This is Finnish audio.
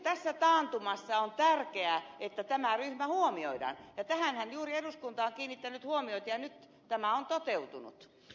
tässä taantumassa on nyt tärkeää että tämä ryhmä huomioidaan ja tähänhän juuri eduskunta on kiinnittänyt huomiota ja nyt tämä on toteutunut